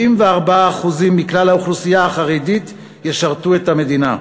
74% מכלל האוכלוסייה החרדית ישרתו את המדינה.